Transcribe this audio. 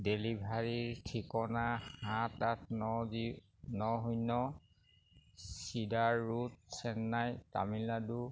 ডেলিভাৰীৰ ঠিকনা সাত আঠ ন দুই ন শূন্য চিডাৰ ৰোড চেন্নাই তামিলনাডু